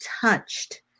touched